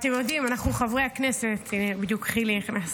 אתם יודעים, אנחנו חברי הכנסת, בדיוק חילי נכנס,